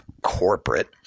corporate